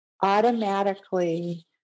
automatically